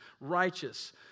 Righteous